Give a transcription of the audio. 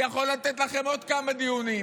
אני יכול לתת לכם עוד כמה דיונים.